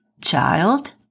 child